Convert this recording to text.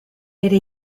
era